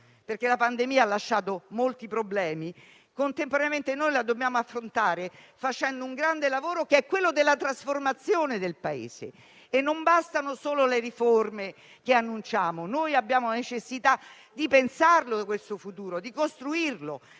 perché la pandemia ha lasciato molti problemi. Contemporaneamente la dobbiamo affrontare facendo un grande lavoro per la trasformazione del Paese. Non bastano solo le riforme che annunciamo, ma abbiamo la necessità di pensare questo futuro e di costruirlo.